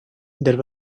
there